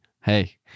hey